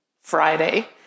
Friday